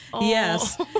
Yes